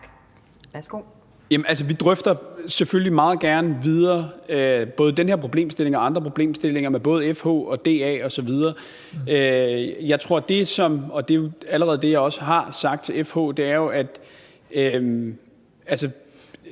Vi drøfter selvfølgelig meget gerne videre om den her problemstilling og andre problemstillinger med både FH, DA osv. Det, jeg allerede har sagt til FH, er jo, at